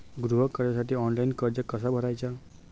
गृह कर्जासाठी ऑनलाइन अर्ज कसा भरायचा?